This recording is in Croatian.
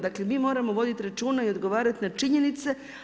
Dakle, mi moramo voditi računa i odgovarati na činjenice.